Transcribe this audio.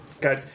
got